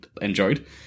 enjoyed